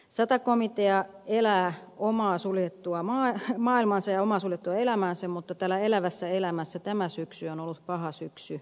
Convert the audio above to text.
sata komitea elää omassa suljetussa maailmassaan ja omaa suljettua elämäänsä mutta täällä elävässä elämässä tämä syksy on ollut paha syksy omaisille